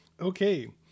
Okay